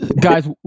Guys